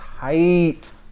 tight